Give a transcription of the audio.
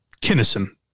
Kinnison